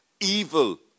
evil